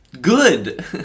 good